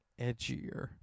edgier